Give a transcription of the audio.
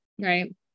right